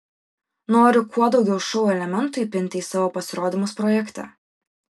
noriu kuo daugiau šou elementų įpinti į savo pasirodymus projekte